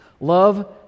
love